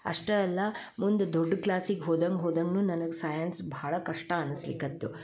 ಅಷ್ಟೇ ಅಲ್ಲ ಮುಂದ ದೊಡ್ಡ ಕ್ಲಾಸಿಗೆ ಹೋದಂಗೆ ಹೋದಂಗ್ನು ನನಗ ಸೈನ್ಸ್ ಭಾಳ ಕಷ್ಟ ಅನಿಸ್ಲಿಕತ್ತು